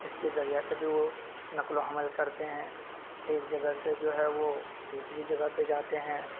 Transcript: اس کے ذریعہ سے بھی وہ نقل و حمل کرتے ہیں ایک جگہ سے جو ہے وہ دوسری جگہ پہ جاتے ہیں